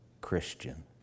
Christian